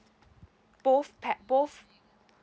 both pa~ both